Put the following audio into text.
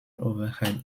overhead